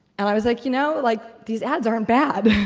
and i was like you know, like these ads aren't bad.